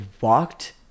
walked